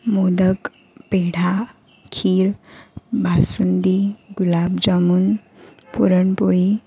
modak peda kheer basundi gulab jamun puran poli